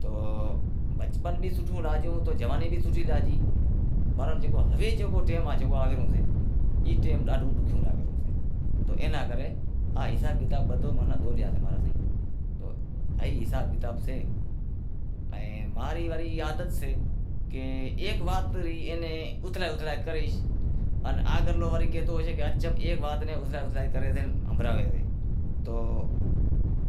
تو بچپن بھی سوٹھو لاگیو تو جوانی بھی سوٹھی لاگی، برحال ہوی جکو ٹیم آوی رہیو شے ای ٹیم ڈاڈھو ڈوکھیو زائے رہیو سے، تو اینا کرے حساب کتاب بدہو ماناں ای حساب کتاب سے پنڑ ماں ری وری عادت سے کہ ایک وات ری اینیں اتھلائے اتھلائے کریش ان آگرلو وڑے کہتو ہوشے کہ کہ ایک وات نیں اتھلائے اتھلائے کری رہیو سے تو